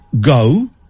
go